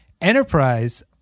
enterprise